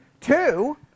Two